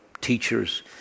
teachers